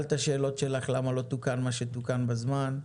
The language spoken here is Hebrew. את השאלות שלך למה לא תוקן מה שתוקן בזמן,